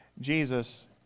Jesus